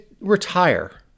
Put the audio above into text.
Retire